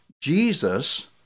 Jesus